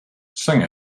sing